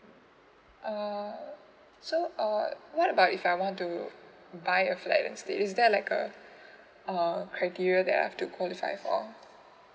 uh so uh what about if I want to buy a flag stay is there like a oh okay period that I've to qualify for all